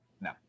No